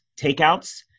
takeouts